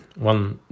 one